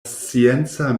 scienca